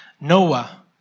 Noah